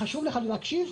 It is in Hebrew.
חשוב לך להקשיב?